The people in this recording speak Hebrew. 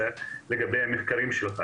היום אנחנו אמנם עוסקים בצד של המחקר והפיתוח,